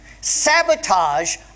sabotage